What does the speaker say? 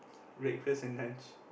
breakfast and lunch